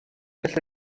gallu